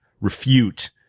refute